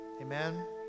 Amen